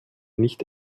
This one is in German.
nicht